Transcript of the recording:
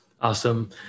Awesome